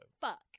Fuck